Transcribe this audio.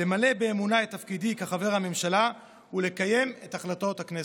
למלא באמונה את תפקידי כחבר הממשלה ולקיים את החלטות הכנסת.